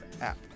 app